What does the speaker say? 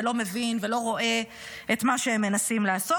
לא מבין ולא רואה את מה שהם מנסים לעשות.